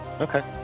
Okay